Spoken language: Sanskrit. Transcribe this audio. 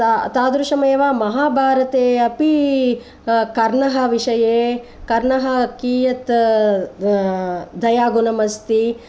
ता तादृशमेव महाभारते अपि कर्णः विषये कर्णः कीयत् दया गुणम् अस्ति